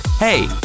Hey